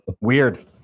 Weird